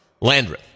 Landry